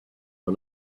for